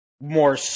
more